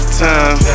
time